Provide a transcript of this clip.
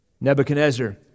Nebuchadnezzar